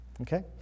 Okay